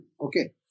okay